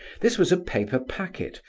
this was a paper packet,